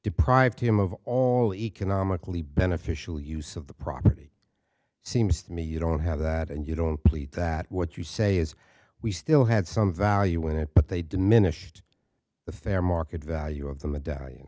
deprived him of all economically beneficial use of the property seems to me you don't have that and you don't believe that what you say is we still had some value in it but they diminished the fair market value of the medallion